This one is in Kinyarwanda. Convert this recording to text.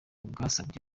bwasabye